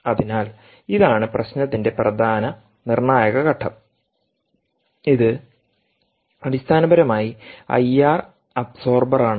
അതിനാൽ ഇതാണ് പ്രശ്നത്തിന്റെ പ്രധാന നിർണായക ഘട്ടം ഇത് അടിസ്ഥാനപരമായി ഐആർ അബ്സോർബർ ആണ്